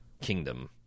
kingdom